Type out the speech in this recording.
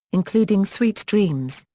including sweet dreams,